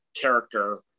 character